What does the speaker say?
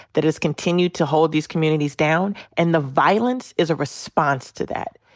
that has continued to hold these communities down. and the violence is a response to that.